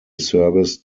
service